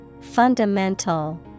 Fundamental